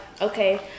okay